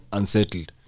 unsettled